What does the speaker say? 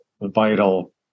vital